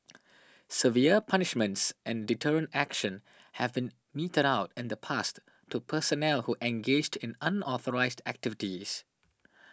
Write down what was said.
severe punishments and deterrent action have been meted out in the past to personnel who engaged in unauthorised activities